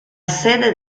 sede